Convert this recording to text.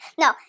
No